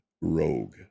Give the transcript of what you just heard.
Rogue